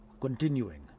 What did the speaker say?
Continuing